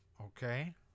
okay